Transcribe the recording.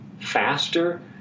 faster